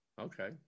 Okay